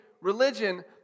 religion